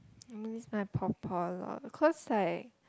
I miss my 婆婆 a lot because I